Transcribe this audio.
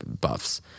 buffs